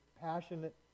passionate